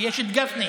כי יש את גפני.